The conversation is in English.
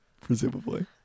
presumably